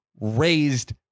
raised